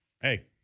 hey